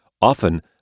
often